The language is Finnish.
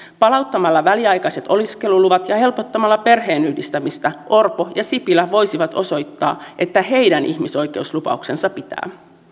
palauttamalla väliaikaiset oleskeluluvat ja helpottamalla perheenyhdistämistä orpo ja sipilä voisivat osoittaa että heidän ihmisoikeuslupauksensa pitää